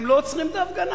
הם לא עוצרים את ההפגנה.